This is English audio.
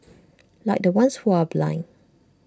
like the ones who are blind